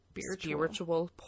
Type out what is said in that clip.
Spiritual